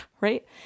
Right